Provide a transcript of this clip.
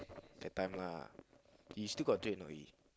that time lah he still got trade or not he